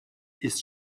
ist